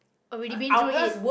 already been through it